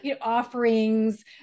offerings